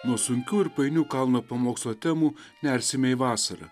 nuo sunkių ir painių kalno pamokslo temų nersime į vasarą